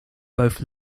both